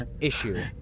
issue